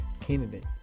candidate